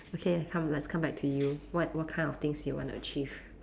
okay come let's come back to you what what kind of things you want to achieve